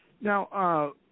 Now